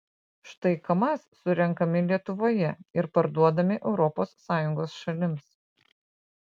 štai kamaz surenkami lietuvoje ir parduodami europos sąjungos šalims